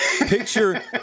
Picture